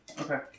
Okay